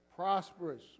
Prosperous